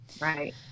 right